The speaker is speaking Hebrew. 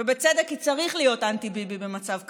ובצדק, כי צריך להיות אנטי-ביבי במצב כזה,